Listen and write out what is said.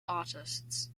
artists